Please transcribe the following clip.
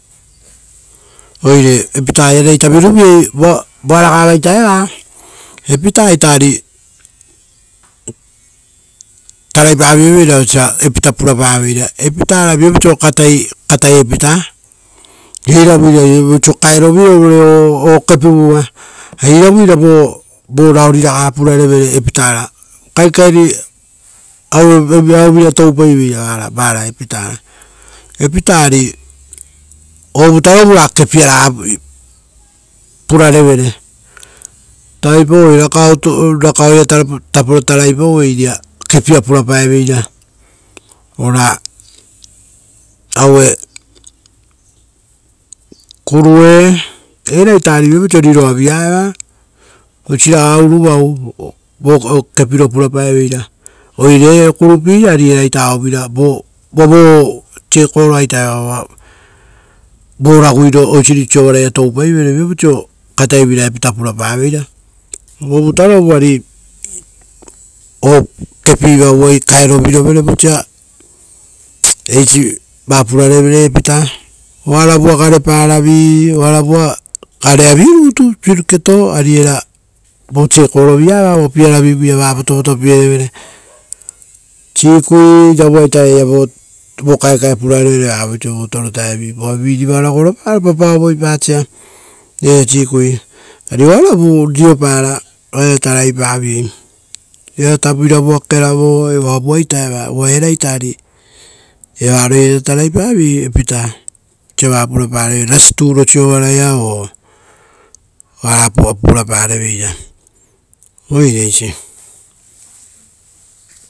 Oire epitaara iare ita viru viei, uva voa raga vaita eva. Epitaa ita ari tarai pa vio veira ita osa epita purapaveira. Epitaara viapau oiso katai epitaa, iravu ira oiso kaero virovere okepivu va. Ari iravu ira vo rao rivu round akokoo para revere epitara. Oara vurutu kaenkaen ora toupaivera vara epitaraa epitaa ari, ovutaa rovu ra kepi araga pura revere. Tarai pauei rakaoo ia tapo tarai pauei iria kepia pura paeveira ora aue, korue, eraita ari viapau oiso riraavii a evaa, oisi raga uruvau vokepiro purapae veira. Oire rera iare korupii, ari eraita aue vira circle vo akoko aeva, voraguiro oisiri sovaraia toupaivere. Viapau oiso katai vira epita porapaveira, ovuta rovu ari okepiva uvai kae rovi rovere vosa eisi va purare vere epitaa. Oravua gareparavi, oravua garea virutu, suriketo ari era vo circle akokoo o piaravi vuia va votvoto pie revere. Sikuii, iravua ita era ira vo kaekae pura revere va voiso vo torotae vii voa viriva ora goro paro papa ovoi pasa era sikui. Ari oaravu riropara oaraia tarai pavei. Era tapo era keravo oavua ita eva uva eraita ari, eva ra iata iata tarai paviei epitaa rasitu ro sovaraia o ora pura pareveira. Oire eisi.